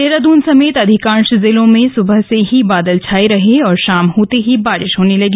देहरादून समेत अधिकांश जिलों में सुबह से ही बादल छाये रहे और शाम होते ही बारिश होने लगी